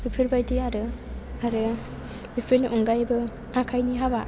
बेफोरबायदि आरो आरो बेफोरनि अनगायैबो आखाइनि हाबा